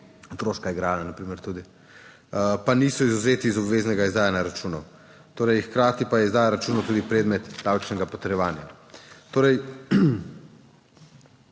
otroška igrala na primer tudi - pa niso izvzeti iz obveznega izdajanja računov torej hkrati pa je izdaja računov tudi predmet davčnega potrjevanja. Torej